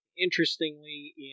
interestingly